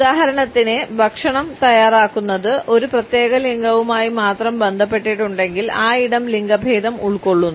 ഉദാഹരണത്തിന് ഭക്ഷണം തയ്യാറാക്കുന്നത് ഒരു പ്രത്യേക ലിംഗവുമായി മാത്രം ബന്ധപ്പെട്ടിട്ടുണ്ടെങ്കിൽ ആ ഇടം ലിംഗഭേദം ഉൾക്കൊള്ളുന്നു